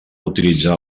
utilitzar